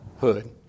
hood